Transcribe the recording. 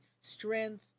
strength